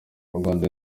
rwanda